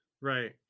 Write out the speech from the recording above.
Right